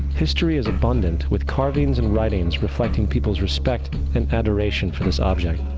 history is abundant with carvings and writings reflecting peoples respect and adoration for this object.